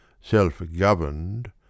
Self-governed